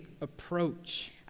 approach